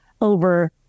over